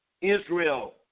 Israel